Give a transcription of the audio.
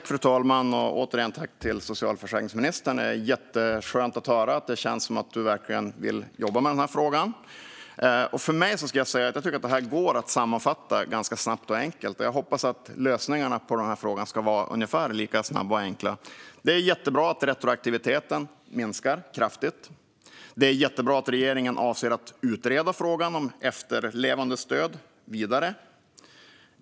Fru talman! Återigen: Tack, socialförsäkringsministern! Det var jätteskönt att höra. Det känns som att du verkligen vill jobba med denna fråga. För mig går detta att sammanfatta ganska snabbt och enkelt. Jag hoppas att lösningarna på denna fråga ska vara ungefär lika snabba och enkla. Det är jättebra att retroaktiviteten minskar kraftigt. Det är jättebra att regeringen avser att utreda frågan om efterlevandestöd vidare.